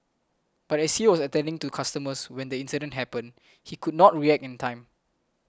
but as he was attending to customers when the incident happened he could not react in time